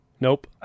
Nope